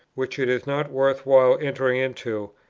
which it is not worth while entering into,